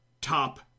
top